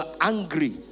angry